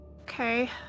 Okay